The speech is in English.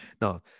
No